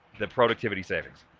the productivity savings.